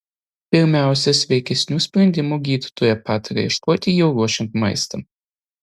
pirmiausia sveikesnių sprendimų gydytoja pataria ieškoti jau ruošiant maistą